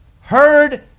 heard